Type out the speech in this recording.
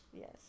Yes